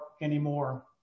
anymore